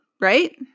right